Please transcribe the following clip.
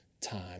time